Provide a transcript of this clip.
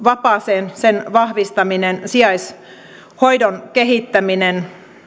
vapaaseen sen vahvistaminen sijaishoidon kehittäminen